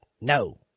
No